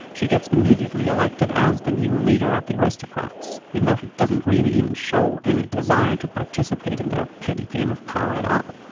she gets immediately elected as the new leader of the aristocrats. even though she doesn't really show any desire to participate in their petty game of power at all.